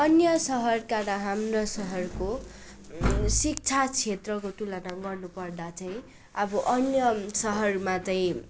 अन्य शहरका र हाम्रा शहरको शिक्षा क्षेत्रको तुलना गर्नुपर्दा चाहिँ अब अन्य शहरमा चाहिँ